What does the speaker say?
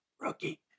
rookie